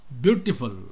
beautiful